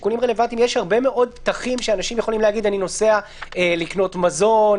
יש הרבה מאוד פתחים שדרכם אנשים יכולים להגיד: אני נוסע לקנות מזון,